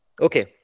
Okay